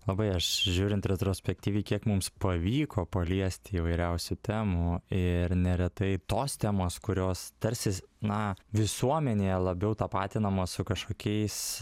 labai aš žiūrint retrospektyviai kiek mums pavyko paliesti įvairiausių temų ir neretai tos temos kurios tarsis na visuomenėje labiau tapatinamos su kažkokiais